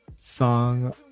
song